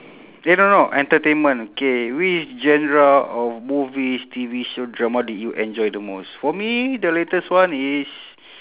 eh no no entertainment K which genre of movies T_V show drama did you enjoy the most for me the latest one is